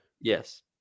Yes